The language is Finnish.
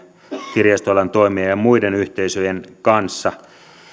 kirjastoalan toimijoiden ja muiden yhteisöjen kanssa